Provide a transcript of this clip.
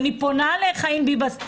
אני פונה לחיים ביבס,